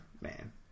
man